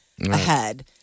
ahead